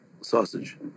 sausage